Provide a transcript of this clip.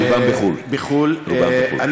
איפה הם לומדים?